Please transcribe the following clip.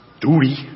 duty